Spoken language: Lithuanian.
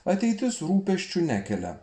ateitis rūpesčių nekelia